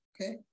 Okay